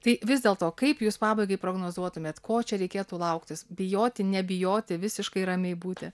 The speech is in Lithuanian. tai vis dėl to kaip jūs pabaigai prognozuotumėt ko čia reikėtų lauktis bijoti nebijoti visiškai ramiai būti